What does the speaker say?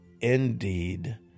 indeed